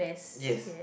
yes